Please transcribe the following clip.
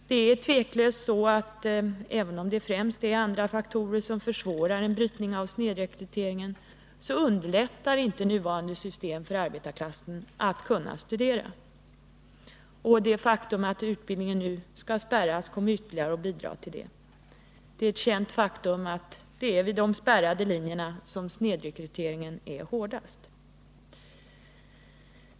Det är tveklöst så att även om det främst är andra faktorer som försvårar en brytning av snedrekryteringen, så underlättar inte nuvarande system för arbetarklassen att kunna studera. Det faktum att utbildningen nu skall spärras kommer ytterligare att bidra till detta. Det är ett känt faktum att snedrekryteringen är hårdast vid de spärrade linjerna.